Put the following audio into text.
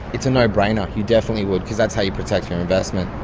it's a no-brainer. you definitely would, because that's how you protect your investment.